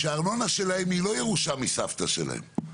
שהארנונה שלהם היא לא ירושה מסבתא שלהם,